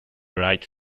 right